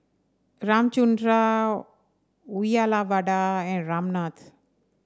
Ramchundra Uyyalawada and Ramnath